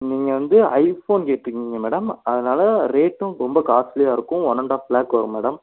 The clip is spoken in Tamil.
நீங்கள் வந்து ஐஃபோன் கேட்டிங்க மேடம் அதனால ரேட்டும் ரொம்ப காஸ்ட்லியாக இருக்கும் ஒன் அண்ட் ஆஃப் லாக் வரும் மேடம்